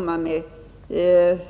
Men i den situation vi är i